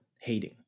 hating